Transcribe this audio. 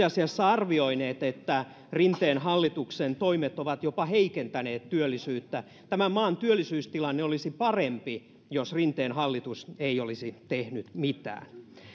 asiassa arvioineet että rinteen hallituksen toimet ovat jopa heikentäneet työllisyyttä tämän maan työllisyystilanne olisi parempi jos rinteen hallitus ei olisi tehnyt mitään